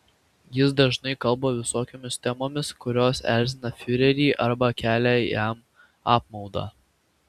jis dažnai kalba visokiomis temomis kurios erzina fiurerį arba kelia jam apmaudą